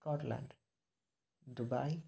Scotland Dubai